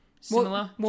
Similar